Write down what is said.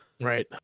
Right